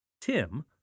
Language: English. Tim